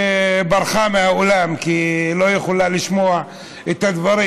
שברחה מהאולם כי היא לא יכולה לשמוע את הדברים.